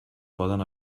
poden